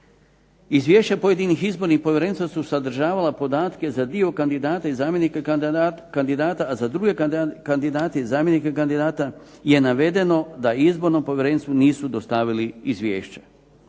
izvješća pojedinih izbornih povjerenstva su sadržavala podatke za dio kandidata i zamjenika kandidata a za druge kandidate i zamjenike kandidata je navedeno da izbornom povjerenstvu nisu dostavili izvješće.